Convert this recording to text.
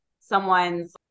someone's